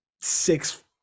six